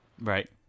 Right